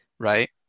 Right